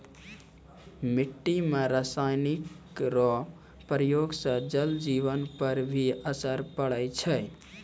मिट्टी मे रासायनिक रो प्रयोग से जल जिवन पर भी असर पड़ै छै